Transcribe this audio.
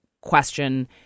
question